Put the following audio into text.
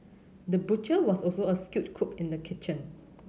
the butcher was also a skilled cook in the kitchen